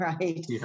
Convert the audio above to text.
right